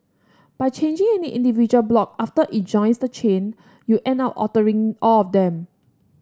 by changing any individual block after it joins the chain you'll end up altering all of them